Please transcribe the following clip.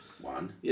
one